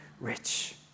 rich